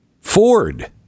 Ford